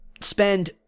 spend